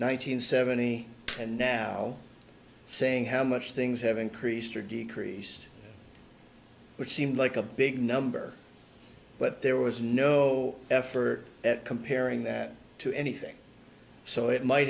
hundred seventy and now saying how much things have increased or decreased which seemed like a big number but there was no effort at comparing that to anything so it might